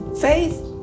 Faith